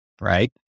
right